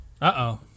Uh-oh